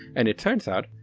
and it turns out,